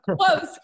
close